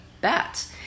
bats